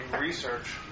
research